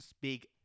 big